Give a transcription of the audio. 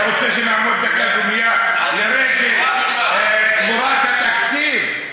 אתה רוצה שנעמוד דקה דומייה, קבורת התקציב?